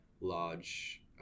large